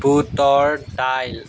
বুটৰ দাইল